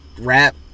rap